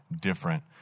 different